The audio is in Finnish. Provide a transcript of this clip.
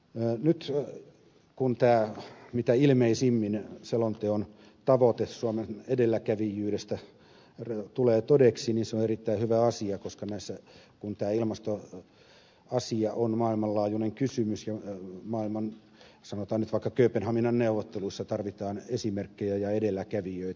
nyt kun mitä ilmeisimmin selonteon tavoite suomen edelläkävijyydestä tulee todeksi se on erittäin hyvä asia koska ilmastoasia on maailmanlaajuinen kysymys ja sanotaan nyt vaikka kööpenhaminan neuvotteluissa tarvitaan esimerkkejä ja edelläkävijöitä